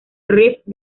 riffs